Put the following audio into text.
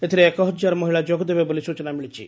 ଏଥିରେ ଏକ ହଜାର ମହିଳା ଯୋଗଦେବେ ବୋଲି ସ୍ଚନା ମିଳିଛି